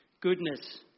goodness